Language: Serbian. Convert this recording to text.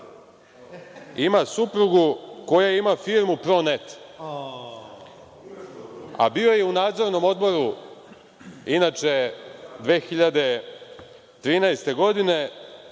ima suprugu koja ima firmu „Pro net“, a bio je i u Nadzornom odboru inače 2013. godine